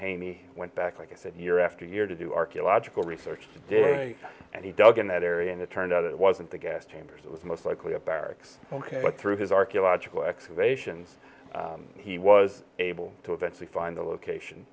haney went back like i said year after year to do archaeological research today and he dug in that area and it turned out it wasn't the gas chambers that was most likely a barracks through his archaeological excavations he was able to eventually find the location